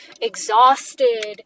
exhausted